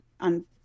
on